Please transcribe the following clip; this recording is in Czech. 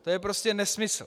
To je prostě nesmysl.